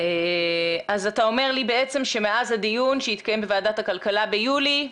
אז אתה אומר לי בעצם שמאז הדיון שהתקיים בוועדת הכלכלה ביולי,